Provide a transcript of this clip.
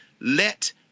let